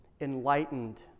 enlightened